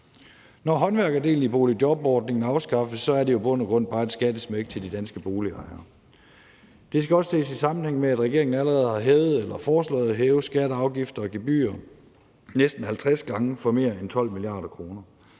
Når håndværkerdelen af boligjobordningen afskaffes, er det jo i bund og grund bare et skattesmæk til de danske boligejere. Det skal også ses i sammenhæng med, at regeringen allerede har hævet eller foreslået at hæve skatter, afgifter og gebyrer næsten 50 gange, for mere end 12 mia. kr.